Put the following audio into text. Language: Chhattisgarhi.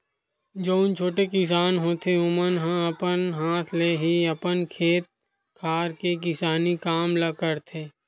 जउन छोटे किसान होथे ओमन ह अपन हाथ ले ही अपन खेत खार के किसानी काम ल करथे